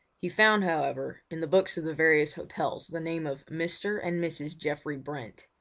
he found, however, in the books of the various hotels the name of mr. and mrs. geoffrey brent'.